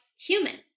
human